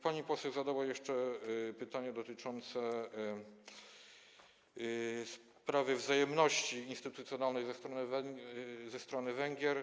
Pani poseł zadała jeszcze pytanie dotyczące sprawy wzajemności instytucjonalnej ze strony Węgier.